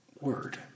word